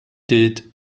did